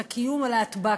את הקיום הלהטב"קי.